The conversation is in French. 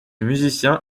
musicien